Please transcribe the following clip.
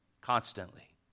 Constantly